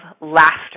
laughter